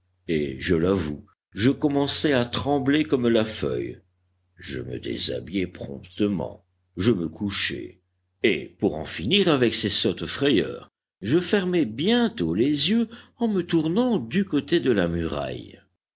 et je l'avoue je commençai à trembler comme la feuille je me déshabillai promptement je me couchai et pour en finir avec ces sottes frayeurs je fermai bientôt les yeux en me tournant du côté de la muraille